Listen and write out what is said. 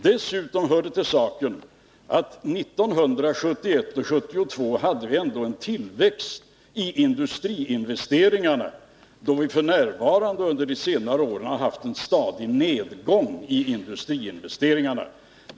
Dessutom hör det till saken att vi 1971 och 1972 ändå hade en tillväxt i industriinvesteringarna, medan vi nu — under de senare åren — har haft en stadig nedgång i industriinvesteringarna.